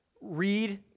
read